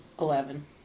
Eleven